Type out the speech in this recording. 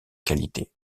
qualité